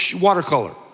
watercolor